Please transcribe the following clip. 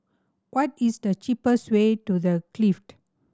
what is the cheapest way to The Clift